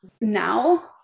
now